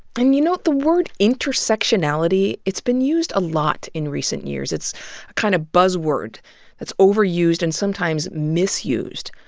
and you know, the word intersectionality, it's been used a lot in recent years. it's a kind of buzzword that's overused and sometimes mis used.